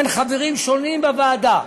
בין חברים שונים בוועדה,